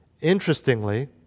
Interestingly